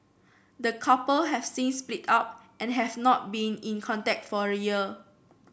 the couple have since split up and have not been in contact for a year